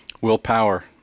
Willpower